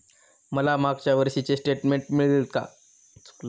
मला मागच्या वर्षीचे स्टेटमेंट मिळेल का?